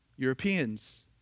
Europeans